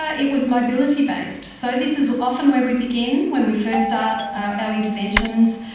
ah it was mobility based. so this is often where we begin when we first start our interventions,